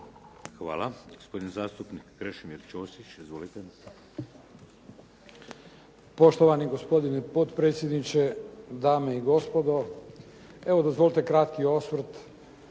Hvala. Gospodin zastupnik Krešimir Ćosić. Izvolite. **Ćosić, Krešimir (HDZ)** Poštovani gospodine potpredsjedniče, dame i gospodo. Evo dozvolite kratki osvrt